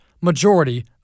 majority